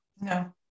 No